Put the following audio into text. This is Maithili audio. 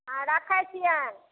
हँ रखे छियनि